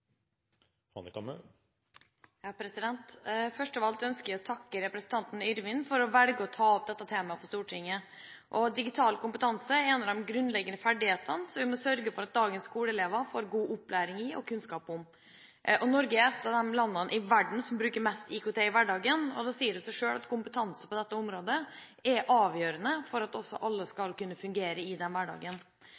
opp til diskusjon. Først av alt ønsker jeg å takke representanten Yrvin for å velge å ta opp dette temaet i Stortinget. Digital kompetanse er en av de grunnleggende ferdighetene som vi må sørge for at dagens skoleelever får god opplæring i og kunnskap om. Norge er et av de landene i verden som bruker mest IKT i hverdagen, og da sier det seg selv at kompetanse på dette området er avgjørende for at også alle